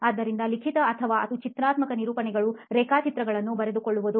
ಆದ್ದರಿಂದ ಲಿಖಿತ ವಿಷಯ ಅಥವಾ ಚಿತ್ರಾತ್ಮಕ ನಿರೂಪಣೆಗಳು ರೇಖಾಚಿತ್ರಗಳನ್ನೂ ಬರೆದುಕೊಳ್ಳುವುದು